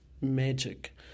magic